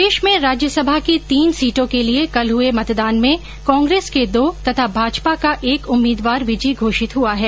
प्रदेश में राज्यसभा की तीन सीटों के लिए कल हुए मतदान में कांग्रेस के दो तथा भाजपा का एक उम्मीदवार विजयी घोषित हुआ है